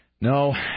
No